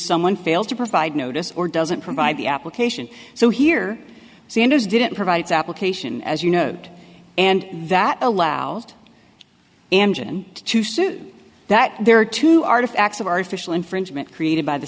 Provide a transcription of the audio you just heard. someone failed to provide notice or doesn't provide the application so here sanders didn't provide its application as you know and that allowed to sue that there are two artifacts of artificial infringement created by the